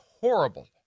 horrible